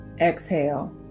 Exhale